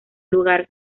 lugar